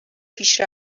پیش